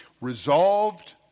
resolved